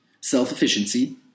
self-efficiency